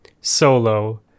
solo